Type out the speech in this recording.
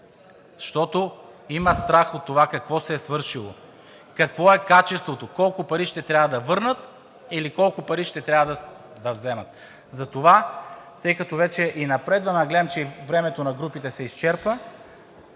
защото имат страх от това какво се е свършило, какво е качеството, колко пари ще трябва да върнат или колко пари ще трябва да вземат. Затова, тъй като вече и напредваме, а гледам, че и времето на групите се изчерпа,